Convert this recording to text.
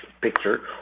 Picture